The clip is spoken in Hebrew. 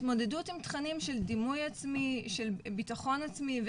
התמודדות עם תכנים של דימוי עצמי,